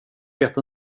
vet